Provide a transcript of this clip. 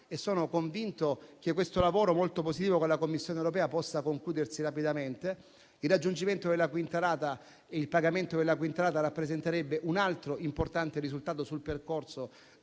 e sono convinto che questo lavoro molto positivo con la Commissione europea possa concludersi rapidamente. Il raggiungimento e il pagamento della quinta rata rappresenterebbero un altro importante risultato sul percorso